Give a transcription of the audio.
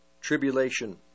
tribulation